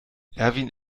erwin